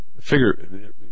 figure